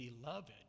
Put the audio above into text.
beloved